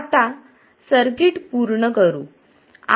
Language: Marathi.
आता सर्किट पूर्ण करू